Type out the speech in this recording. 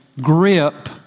grip